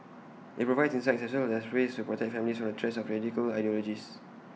IT provides insights as well as ways to protect families from the threats of radical ideologies